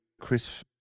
Chris